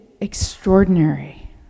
extraordinary